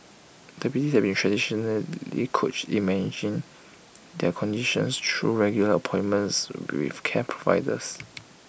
diabetics have been traditionally coach in managing their conditions through regular appointments with care providers